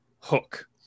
Hook